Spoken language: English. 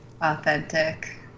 authentic